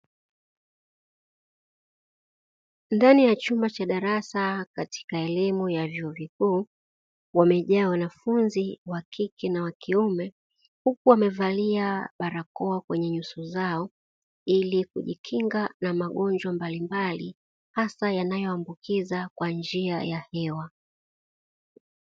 Ndani ya chumba cha darasa katika elimu ya vyuo vikuu wamejaa wanafunzi wa kike na wakiume, huku wamevalia barakoa kwenye nyuso zao ili kujikinga na magonjwa mbalimbali, hasa yanayo ambukiza kwa njia ya hewa.